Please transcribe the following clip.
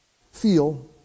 feel